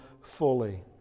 fully